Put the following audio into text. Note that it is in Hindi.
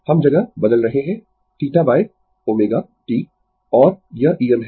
हम जगह बदल रहे है θω t और यह Em है